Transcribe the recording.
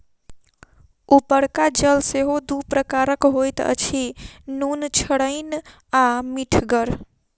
उपरका जल सेहो दू प्रकारक होइत अछि, नुनछड़ैन आ मीठगर